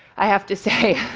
i have to say.